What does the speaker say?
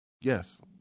yes